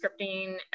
scripting